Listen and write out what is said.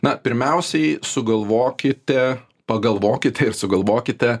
na pirmiausiai sugalvokite pagalvokite ir sugalvokite